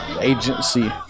Agency